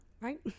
Right